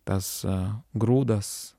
tas grūdas